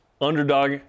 underdog